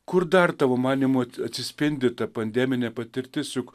kur dar tavo manymu atsispindi ta pandeminė patirtis juk